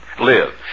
live